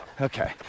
okay